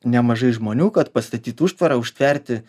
nemažai žmonių kad pastatytų užtvarą užtverti